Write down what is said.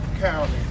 County